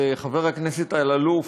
וחבר הכנסת אלאלוף,